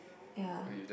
ya